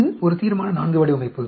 இது ஒரு தீர்மான IV வடிவமைப்பு